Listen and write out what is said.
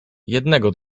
jednego